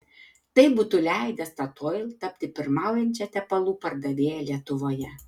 tai būtų leidę statoil tapti pirmaujančia tepalų pardavėja lietuvoje